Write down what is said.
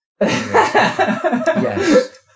Yes